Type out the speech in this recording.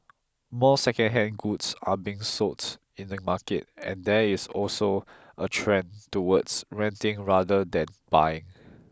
more secondhand goods are being sold in the market and there is also a trend towards renting rather than buying